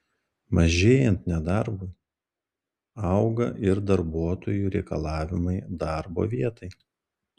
mažėjant nedarbui auga ir darbuotojų reikalavimai darbo vietai